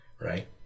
Right